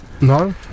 No